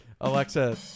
Alexa